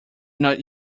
not